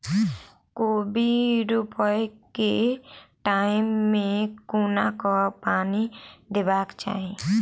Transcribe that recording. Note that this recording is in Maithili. कोबी रोपय केँ टायम मे कोना कऽ पानि देबाक चही?